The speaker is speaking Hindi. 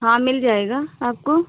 हाँ मिल जाएगा आपको